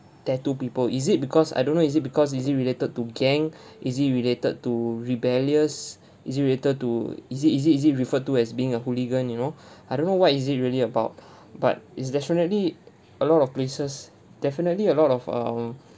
tattoo people is it because I don't know is it because is it related to gang is it related to rebellious is it related to is it is it is it referred to as being a hooligan you know I don't know what is it really about but it's definitely a lot of places definitely a lot of um